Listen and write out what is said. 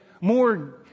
more